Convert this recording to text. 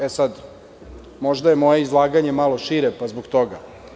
E sad, možda je moje izlaganje malo šire, pa zbog toga.